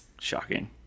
Shocking